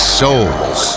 souls